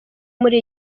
muri